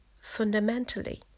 fundamentally